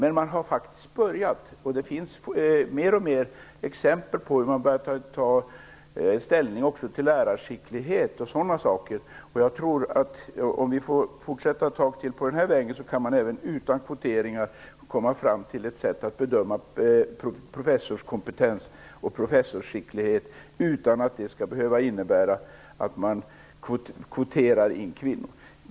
Vi tycker inte helt olika. Men det finns exempel på att man faktiskt har börjat ta ställning också till lärarskicklighet och liknande. Jag tror att om vi får fortsätta ett tag till på den vägen kan man komma fram till ett sätt att bedöma professorskompetens och professorsskicklighet utan att det skall behöva innebära att man kvoterar in kvinnor.